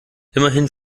immerhin